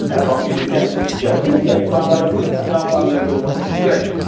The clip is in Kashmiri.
اے رۄپیہِ سۭتۍ کیٛاہ گژھٮ۪کھ بِچار تِمَن کیٛاہ گژھِ پَنٛداہ رۄپیہِ گژھِ نہٕ کَم پنٛدہَن کِلوٗوَن یہِ کیٛاہ چھُ